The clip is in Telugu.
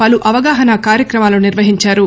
పలు అవగాహన కార్యక్రమాలు నిర్యహించారు